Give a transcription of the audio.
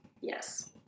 Yes